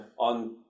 on